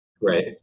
right